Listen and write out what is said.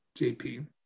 JP